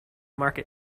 market